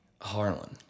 Harlan